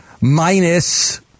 minus